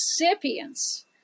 recipients